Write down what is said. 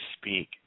speak